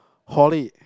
Horlick